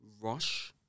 rush